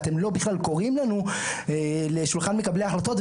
ואתם לא בכלל קוראים לנו לשולחן מקבלי ההחלטות,